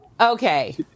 Okay